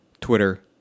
Twitter